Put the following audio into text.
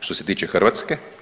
što se tiče Hrvatske.